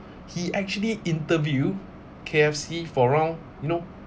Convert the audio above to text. he actually interview K_F_C for around you know